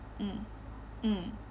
mm mm